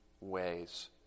ways